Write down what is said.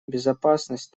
безопасность